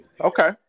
Okay